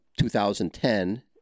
2010